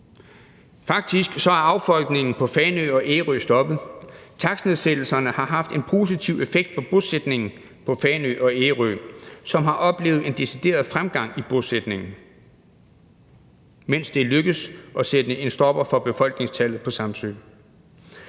Faktisk er affolkningen på Fanø og Ærø stoppet, takstnedsættelserne har haft en positiv effekt på bosætningen på Fanø og Ærø, som har oplevet en decideret fremgang i bosætningen, mens det er lykkedes at sætte en stopper for faldet i befolkningstallet på Samsø.